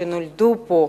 שנולדו כאן,